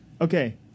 Okay